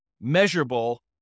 measurable